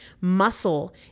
Muscle